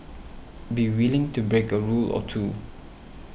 be willing to break a rule or two